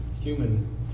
human